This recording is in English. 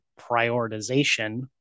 prioritization